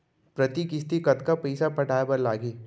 प्रति किस्ती कतका पइसा पटाये बर लागही?